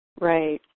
Right